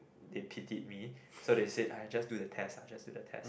they pitied me so they said aiyah just do the test lah just do the test